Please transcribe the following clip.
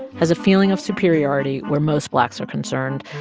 has a feeling of superiority where most blacks are concerned,